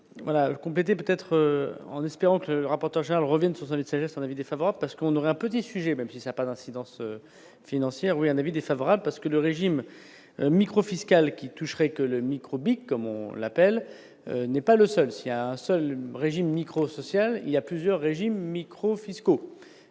voilà le compléter peut-être en espérant que le rapporteur général revienne sur son avis défavorable, parce qu'on aura un petit sujet, même si ça a pas d'incidences financières ou un avis défavorable, parce que le régime micro-fiscal qui toucherait que le micro-BIC comme on l'appelle, n'est pas le seul aussi à un seul régime micro-social il y a plusieurs régimes micro fiscaux